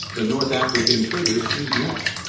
the north african traders use nets,